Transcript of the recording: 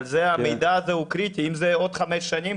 בגלל זה המידע הזה הוא קריטי אם זה עוד חמש שנים,